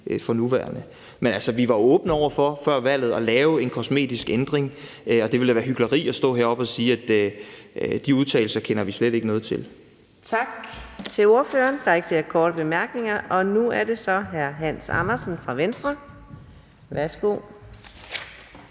for nuværende. Men vi var åbne over for før valget at lave en kosmetisk ændring, og det ville da være hykleri at stå heroppe og sige, at de udtalelser kender vi slet ikke noget til. Kl. 15:56 Anden næstformand (Karina Adsbøl): Tak til ordføreren. Der er ikke flere korte bemærkninger. Nu er det så hr. Hans Andersen fra Venstre. Værsgo.